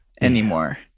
anymore